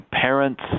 Parents